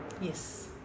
Yes